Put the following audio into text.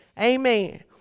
Amen